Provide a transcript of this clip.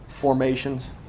Formations